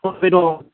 phone पे दं